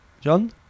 John